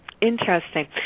Interesting